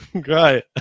Great